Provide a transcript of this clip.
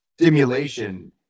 stimulation